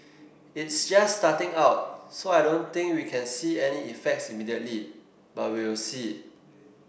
is just starting out so I don't think we can see any effects immediately but we'll see